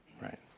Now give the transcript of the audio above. right